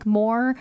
more